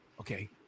okay